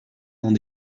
dans